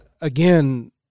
again